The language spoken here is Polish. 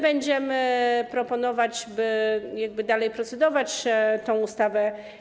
Będziemy proponować, by dalej procedować tę ustawę.